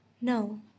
No